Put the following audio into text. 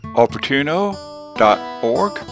opportuno.org